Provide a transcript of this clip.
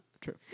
True